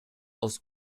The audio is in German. aus